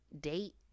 date